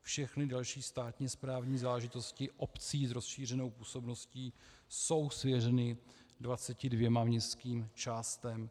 Všechny další státní správní záležitosti obcí s rozšířenou působností jsou svěřeny 22 městským částem.